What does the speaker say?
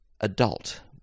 adult